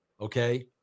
Okay